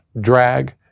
drag